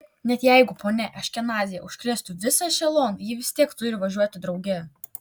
net jeigu ponia aškenazyje užkrėstų visą ešeloną ji vis tiek turi važiuoti drauge